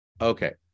Okay